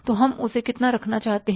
तो हम उसे कितना रखना चाहते हैं